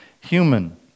human